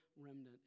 remnant